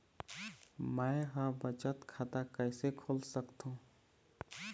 मै ह बचत खाता कइसे खोल सकथों?